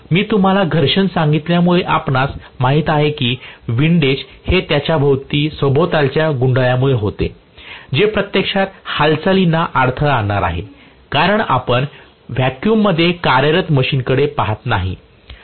मी तुम्हाला घर्षण सांगितल्यामुळे आपणास माहित आहे की विंडेज हे त्याच्या सभोवतालच्या गुंडाळ्या मुळे होते जे प्रत्यक्षात हालचालींना अडथळा आणणार आहे कारण आपण व्हॅक्यूममध्ये कार्यरत मशीनकडे पहात नाही